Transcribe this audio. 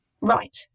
Right